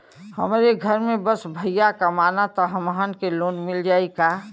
हमरे घर में बस भईया कमान तब हमहन के लोन मिल जाई का?